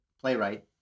playwright